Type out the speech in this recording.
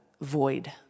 void